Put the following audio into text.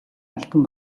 алтан